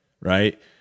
right